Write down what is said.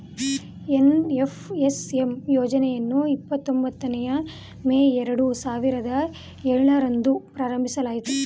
NFSM ಯೋಜನೆಯನ್ನು ಇಪ್ಪತೊಂಬತ್ತನೇಯ May ಎರಡು ಸಾವಿರದ ಏಳರಂದು ಪ್ರಾರಂಭಿಸಲಾಯಿತು